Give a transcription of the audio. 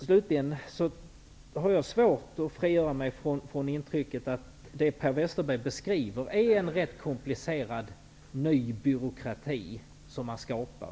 Slutligen har jag svårt att frigöra mig från intrycket att det Per Westerberg beskriver är en rätt komplicerad ny byråkrati som man skapar.